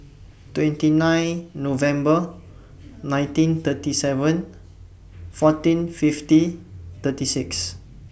twenty nine November nineteen thirty seven fourteen fifty thirty six